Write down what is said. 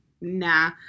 nah